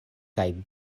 kaj